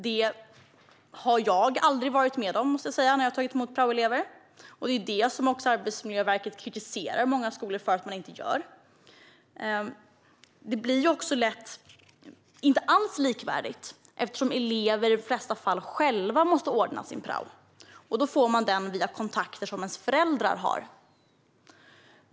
Det har jag aldrig varit med om när jag har tagit emot praoelever. Arbetsmiljöverket kritiserar också många skolor för att de inte gör besök på arbetsplatserna. Det är lätt att det inte alls blir likvärdigt, eftersom eleverna i de flesta fall själva måste ordna sin prao. Ofta får de platsen via kontakter som deras föräldrar har.